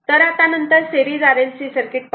तर आता नंतर सेरीज RLC सर्किट पाहू